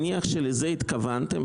אני מניח שלזה התכוונתם,